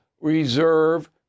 reserve